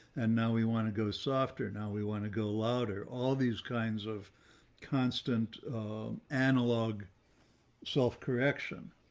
and now we want to go softer. now we want to go louder, all these kinds of constant analog self correction.